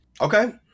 Okay